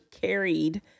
carried